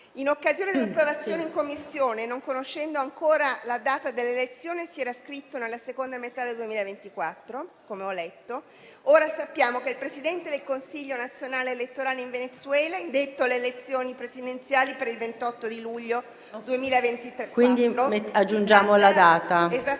in occasione dell'approvazione in Commissione, non conoscendo ancora la data delle elezioni, si era scritto «nella seconda metà del 2024», come ho letto; ora sappiamo che il Presidente del Consiglio nazionale elettorale in Venezuela ha indetto le elezioni presidenziali per il 28 luglio 2024. PRESIDENTE. Quindi aggiungiamo la data? CRAXI